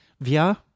Via